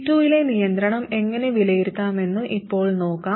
C2 ലെ നിയന്ത്രണം എങ്ങനെ വിലയിരുത്താമെന്ന് ഇപ്പോൾ നോക്കാം